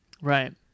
Right